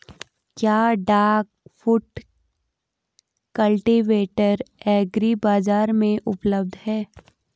क्या duck foot cultivator agri बाज़ार में उपलब्ध है?